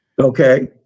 okay